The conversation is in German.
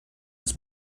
uns